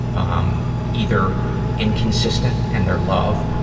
um, either inconsistent in their love,